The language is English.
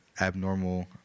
abnormal